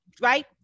right